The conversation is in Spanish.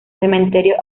cementerio